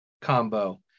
combo